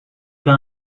pas